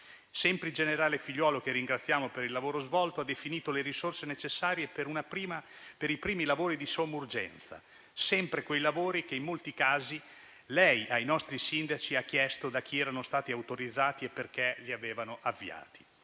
Sempre il generale Figliuolo, che ringraziamo per il lavoro svolto, ha definito le risorse necessarie per i primi lavori di somma urgenza: sempre quei lavori che, in molti casi, lei ai nostri sindaci ha chiesto da chi erano stati autorizzati e perché li avevano avviati.